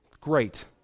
Great